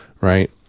Right